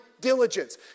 Diligence